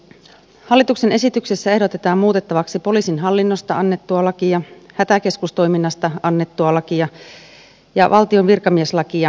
hallituksen esityksessä ehdotetaan muutettavaksi poliisin hallinnosta annettua lakia hätäkeskustoiminnasta annettua lakia ja valtion virkamieslakia